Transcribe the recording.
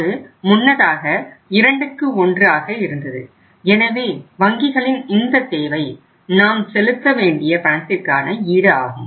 அது முன்னதாக 21 ஆக இருந்தது எனவே வங்கிகளின் இந்த தேவை நாம் செலுத்தவேண்டிய பணத்திற்கான ஈடு ஆகும்